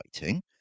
writing